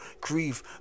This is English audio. grieve